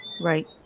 Right